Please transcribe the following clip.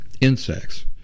insects